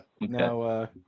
Now